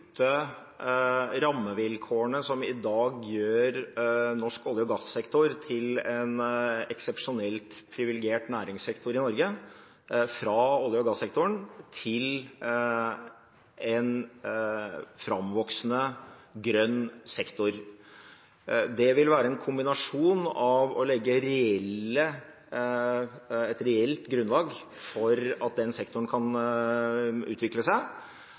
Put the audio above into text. rammevilkårene som i dag gjør norsk olje- og gassektor til en eksepsjonelt privilegert næringssektor i Norge, fra olje- og gassektoren til en framvoksende grønn sektor. Det vil være en kombinasjon av å legge et reelt grunnlag for at den sektoren kan utvikle seg,